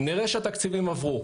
נראה שהתקציבים עברו,